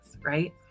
right